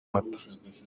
mata